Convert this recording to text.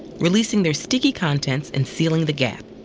releasing their sticky contents and sealing the gap.